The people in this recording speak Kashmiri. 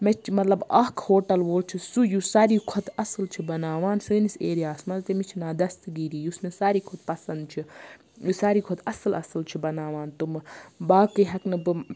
مےٚ چھُ مَطلَب اکھ ہوٹَل وول چھُ سُہ یُس سارِوٕے کھۄتہٕ اصٕل چھُ بَناوان سٲنِس ایریاہَس مَنٛز تٔمِس چھُ ناو دَستگیٖری یُس مےٚ سارِوٕے کھۄتہٕ پَسَنٛد چھُ یُس سارِوٕے کھۄتہٕ اصٕل اصٕل چھُ بَناوان تِمہٕ باقٕے ہیٚکہٕ نہٕ بہٕ